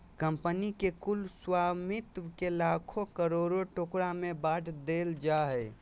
company के कुल स्वामित्व के लाखों करोड़ों टुकड़ा में बाँट देल जाय हइ